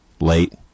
late